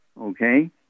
Okay